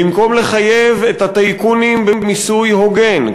במקום לחייב את הטייקונים במיסוי הוגן,